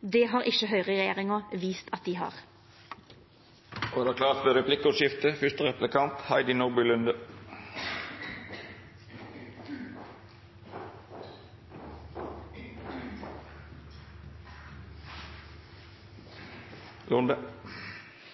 Det har ikkje høgreregjeringa vist at dei har. Det vert replikkordskifte. Jeg er en av dem som deler Arbeiderpartiets engasjement for